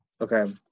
Okay